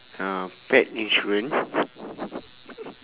uh pet insurance